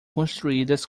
construídas